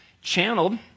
channeled